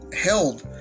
held